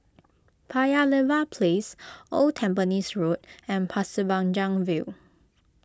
Paya Lebar Place Old Tampines Road and Pasir Panjang View